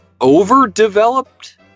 overdeveloped